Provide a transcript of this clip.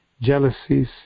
jealousies